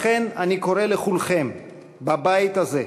לכן אני קורא לכולכם בבית הזה,